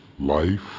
life